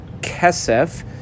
Kesef